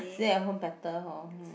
sleep at home better hor